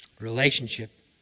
relationship